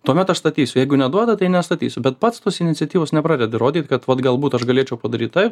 tuomet aš statysiu jeigu neduoda tai nestatysiu bet pats tos iniciatyvos nepradedu rodyt kad vat galbūt aš galėčiau padaryt taip